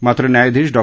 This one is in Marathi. मात्र न्यायाधीश डॉ